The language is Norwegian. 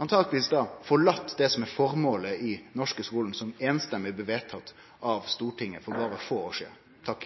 antakeleg forlate det som er føremålet i den norske skulen, og som samrøystes blei vedteke av Stortinget for nokre få år sidan.